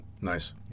Nice